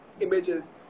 images